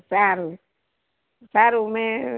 સારું સારું મેં